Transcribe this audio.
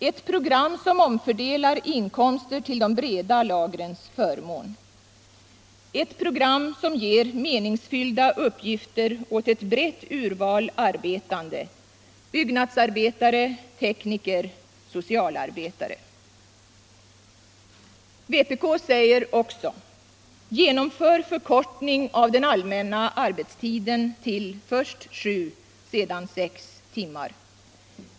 Ett program som omfördelar inkomster till de breda lagrens förmån. Ett program som ger meningsfyllda uppgifter åt ett brett urval arbetande: byggnadsarbetare, tekniker, socialarbetare. Vpk säger också: Genomför förkortning av den allmänna arbetstiden till först sju, sedan sex timmar!